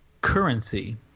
currency